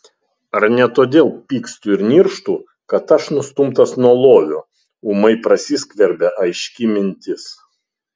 ar ne todėl pykstu ir nirštu kad aš nustumtas nuo lovio ūmai prasiskverbia aiški mintis